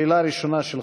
שאלה ראשונה שלך.